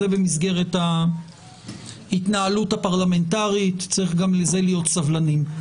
זה במסגרת ההתנהלות הפרלמנטרית וצריך גם לזה להיות סבלנים.